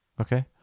Okay